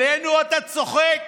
עלינו אתה צוחק?